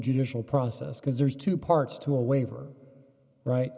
judicial process because there's two parts to a waiver right